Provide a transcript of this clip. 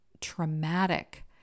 traumatic